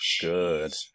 good